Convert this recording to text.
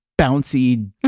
bouncy